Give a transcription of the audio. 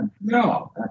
No